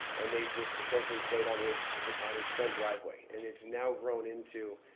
and they just essentially played on his on his front driveway. and it's now grown into